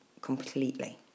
completely